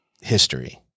history